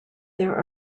there